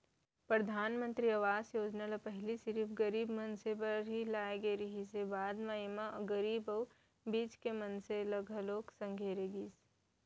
परधानमंतरी आवास योजना ल पहिली सिरिफ गरीब मनसे बर ही लाए गे रिहिस हे, बाद म एमा गरीब अउ बीच के मनसे मन ल घलोक संघेरे गिस